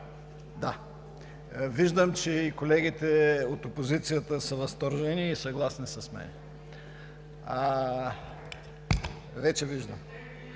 Виждам, че и колегите от опозицията са възторжени и съгласни с мен. Ние,